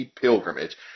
pilgrimage